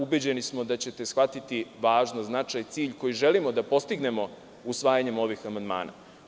Ubeđeni smo da ćete shvatiti važnost, značaj, cilj koji želimo da postignemo usvajanjem ovih amandmana.